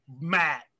Matt